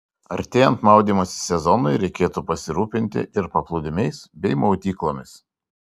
artėjant maudymosi sezonui reikėtų pasirūpinti ir paplūdimiais bei maudyklomis